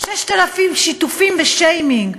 6,000 שיתופים ושיימינג,